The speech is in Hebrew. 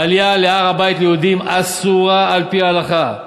העלייה להר-הבית אסורה ליהודים על-פי ההלכה.